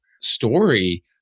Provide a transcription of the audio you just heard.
story